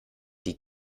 die